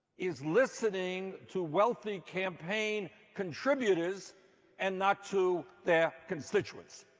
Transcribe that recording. is listening to wealthy campaign contributors and not to their constituents.